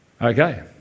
Okay